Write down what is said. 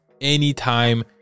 Anytime